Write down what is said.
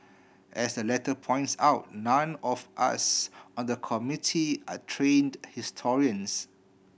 as the letter points out none of us on the Committee are trained historians